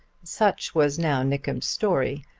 such was now nickem's story.